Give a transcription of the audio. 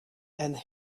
and